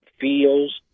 feels